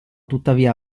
tuttavia